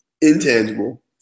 intangible